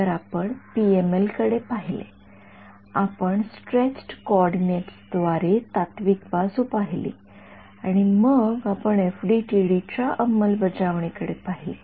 तर आपण पीएमएल कडे पाहिले आपण स्ट्रेच्ड कॉर्डिनेट्सद्वारे तात्त्विक बाजू पाहिली आणि मग आपण एफडीटीडी च्या अंमलबजावणी कडे पाहिले